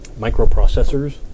microprocessors